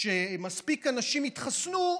כשמספיק אנשים יתחסנו,